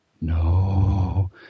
no